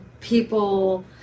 people